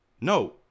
No